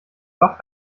wach